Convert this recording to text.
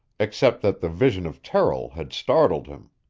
except that the vision of terrill had startled him.